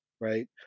right